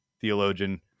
theologian